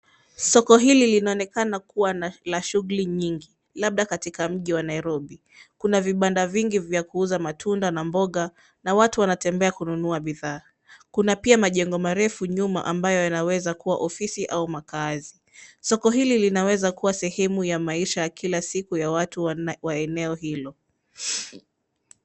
Soko hili linaonekana kuwa na la shuhuli nyingi labda katika mji wa Nairobi. Kuna vibanda vingi vya kuunda matunda na mboga na watu wanatembea kununua bidhaa. Kuna pia majengo marefu nyuma ambayo yanaweza kuwa ofisi au makazi. Soko hili linaweza kuwa sehemu ya maisha ya kila siku ya watu wana wa eneo hilo.